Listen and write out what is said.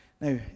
Now